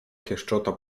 pieszczota